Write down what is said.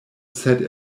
set